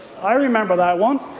i remember that one,